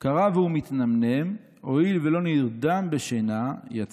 קרא, והוא מתנמנם, הואיל ולא נרדם בשינה, יצא.